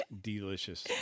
delicious